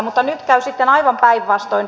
mutta nyt käy sitten aivan päinvastoin